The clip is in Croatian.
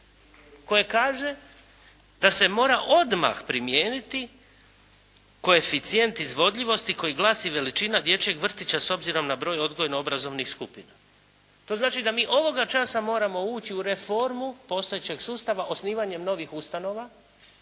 koje kaže da se mora odmah primijeniti koeficijent izvodljivosti koji glasi veličina dječjeg vrtića s obzirom na broj odgojno-obrazovnih skupina. To znači da mi ovoga časa moramo ući u reformu postojećeg sustava osnivanjem novih ustanova